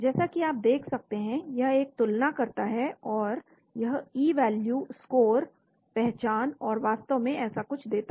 जैसा कि आप देख सकते हैं कि यह एक तुलना करता है यह ई वैल्यू स्कोर पहचान और वास्तव में ऐसा कुछ देता है